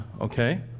Okay